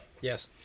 Yes